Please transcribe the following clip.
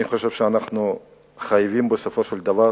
אני חושב שאנחנו חייבים בסופו של דבר